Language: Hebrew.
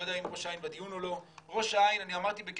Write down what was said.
אני לא יודע אם ראש העין בדיון או לא,